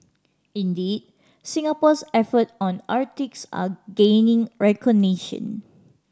indeed Singapore's efforts on the Arctic are gaining recognition